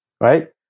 right